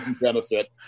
benefit